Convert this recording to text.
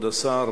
כבוד השר,